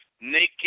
naked